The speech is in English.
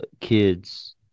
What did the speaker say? kids